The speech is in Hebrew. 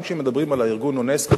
גם כשמדברים על ארגון אונסק"ו,